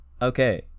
Okay